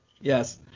Yes